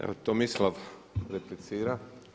Evo Tomislav replicira.